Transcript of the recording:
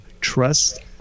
Trust